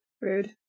Rude